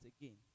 again